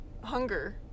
hunger